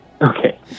Okay